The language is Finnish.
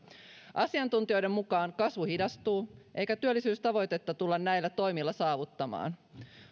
asiantuntijoiden mukaan kasvu hidastuu eikä työllisyystavoitetta tulla näillä toimilla saavuttamaan